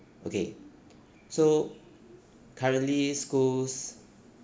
okay so currently schools